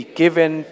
given